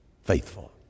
faithful